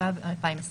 התשפ"א-2021